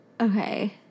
Okay